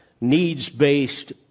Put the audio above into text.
needs-based